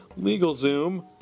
LegalZoom